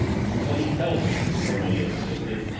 do what he tells you! miss cornelia insisted,